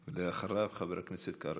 אחריו, חבר הכנסת קרעי.